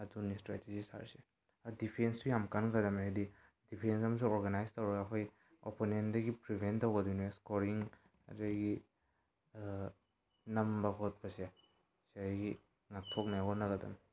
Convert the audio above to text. ꯑꯗꯨꯅꯤ ꯏꯁꯇ꯭ꯔꯦꯇꯤꯖꯤꯁ ꯍꯥꯏꯔꯤꯁꯦ ꯗꯤꯐꯦꯟꯁꯨ ꯌꯥꯝ ꯀꯟꯒꯗꯝꯅꯦ ꯍꯥꯏꯗꯤ ꯗꯦꯐꯦꯟꯁ ꯑꯃꯁꯨ ꯑꯣꯔꯒꯅꯥꯏꯖ ꯇꯧꯔꯒ ꯑꯩꯈꯣꯏ ꯑꯣꯞꯄꯣꯅꯦꯟꯗꯒꯤ ꯄ꯭ꯔꯤꯕꯦꯟꯠ ꯇꯧꯕꯗꯨꯅ ꯏꯁꯀꯣꯔꯤꯡ ꯑꯗꯨꯗꯒꯤ ꯅꯝꯕ ꯈꯣꯠꯄꯁꯦ ꯁꯤꯗꯒꯤ ꯉꯥꯛꯊꯣꯛꯅꯉꯥꯏ ꯍꯣꯠꯅꯒꯗꯕꯅꯤ